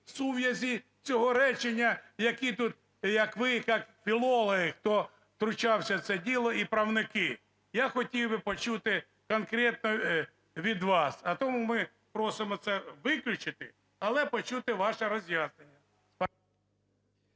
в сув'язі цього речення, які тут, як ви як філологи, хто втручався в це діло, і правники. Я хотів би почути конкретно від вас. А тому ми просимо це виключити, але почути ваше роз'яснення.